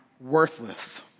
worthless